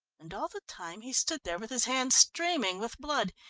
and all the time he stood there with his hand streaming with blood,